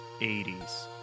80s